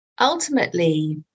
ultimately